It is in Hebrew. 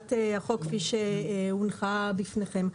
והצעת החוק כפי שהונחה בפניכם.